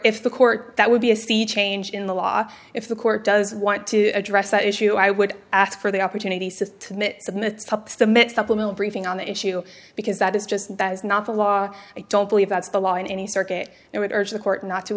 if the court that would be a sea change in the law if the court does want to address that issue i would ask for the opportunities to submit the met supplemental briefing on the issue because that is just that is not the law i don't believe that's the law in any circuit and would urge the court not to